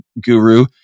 guru